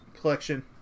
collection